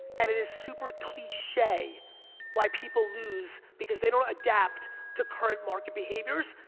and it is super cliche why people lose because they don't adapt to current market behaviors,